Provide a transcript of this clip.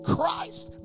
Christ